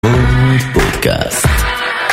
... פודקאסט